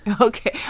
okay